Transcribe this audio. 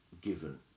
given